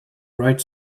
right